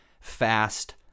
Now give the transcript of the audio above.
fast